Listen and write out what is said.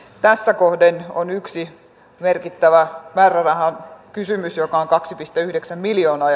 tässä kohden on yksi merkittävä määrärahakysymys joka on kaksi pilkku yhdeksän miljoonaa